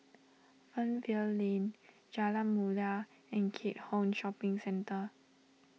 Fernvale Lane Jalan Mulia and Keat Hong Shopping Centre